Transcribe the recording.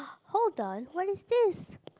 hold on what is this